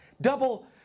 Double